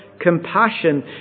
compassion